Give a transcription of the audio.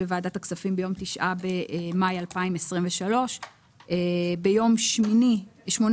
בוועדת הכספים ביום 9 במאי 2023. ביום 8 במאי